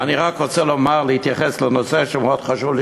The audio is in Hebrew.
אני רוצה להתייחס לנושא מאוד חשוב.